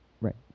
Right